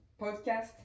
podcast